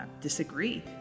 disagree